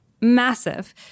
massive